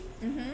mmhmm